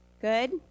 Good